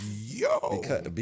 yo